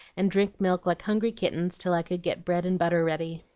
and drink milk like hungry kittens, till i could get bread and butter ready.